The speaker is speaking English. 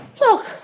Look